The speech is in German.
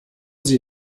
sie